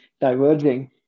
diverging